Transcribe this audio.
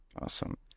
Awesome